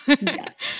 Yes